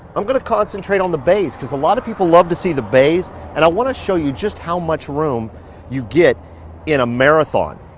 i'm gonna concentrate on the bays coz a lot of people love to see the bays and i wanna show you just how much room you get in a marathon.